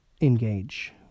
engage